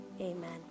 Amen